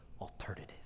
alternative